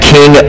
King